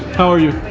how are you?